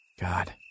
God